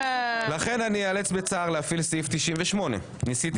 לכן אני אאלץ בצער להפעיל סעיף 98. ניסיתי